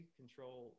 control